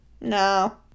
No